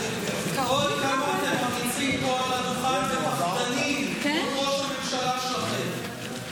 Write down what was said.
כמה אתם אמיצים פה על הדוכן ופחדנים מול ראש הממשלה שלכם.